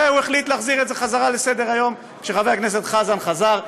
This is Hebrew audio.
והוא החליט להחזיר את זה לסדר-היום כשחבר הכנסת חזן חזר.